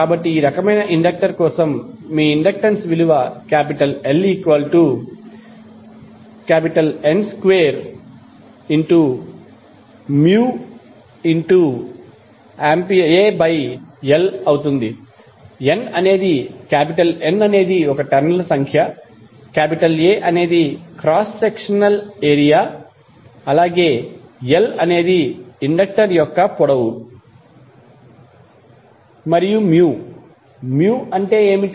కాబట్టి ఈ రకమైన ఇండక్టర్ కోసం మీ ఇండక్టెన్స్ విలువ LN2μAl N అనేది టర్న్ ల సంఖ్య A అనేది క్రాస్ సెక్షనల్ ఏరియా l అనేది ఇండక్టర్ యొక్క పొడవు మరియు అంటే ఏమిటి